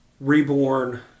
reborn